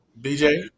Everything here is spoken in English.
BJ